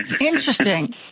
Interesting